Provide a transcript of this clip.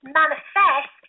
manifest